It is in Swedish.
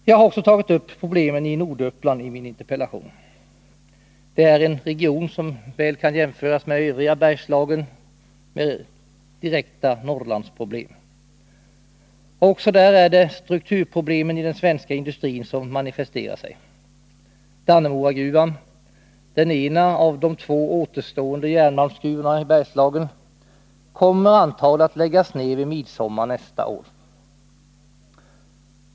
Jag har också i min interpellation tagit upp problemen i Norduppland. Det är en region som väl kan jämföras med övriga Bergslagen och som har direkta Norrlandsproblem. Också där är det strukturproblemen i den svenska industrin som manifesteras. Dannemoragruvan, den ena av de två återstående järnmalmsgruvorna i Bergslagen, kommer antagligen att läggas ned vid midsommar nästa år.